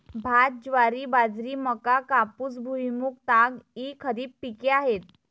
भात, ज्वारी, बाजरी, मका, कापूस, भुईमूग, ताग इ खरीप पिके आहेत